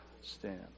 stand